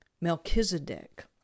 Melchizedek